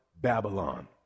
Babylon